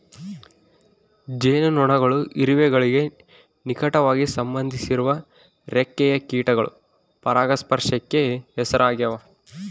ಜೇನುನೊಣಗಳು ಇರುವೆಗಳಿಗೆ ನಿಕಟವಾಗಿ ಸಂಬಂಧಿಸಿರುವ ರೆಕ್ಕೆಯ ಕೀಟಗಳು ಪರಾಗಸ್ಪರ್ಶಕ್ಕೆ ಹೆಸರಾಗ್ಯಾವ